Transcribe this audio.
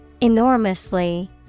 Enormously